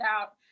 out